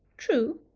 true.